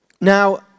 Now